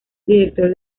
director